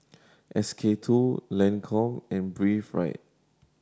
S K Two Lancome and Breathe Right